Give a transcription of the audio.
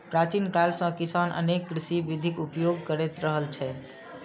प्राचीन काल सं किसान अनेक कृषि विधिक उपयोग करैत रहल छै